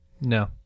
No